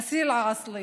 אסיל עאסלה,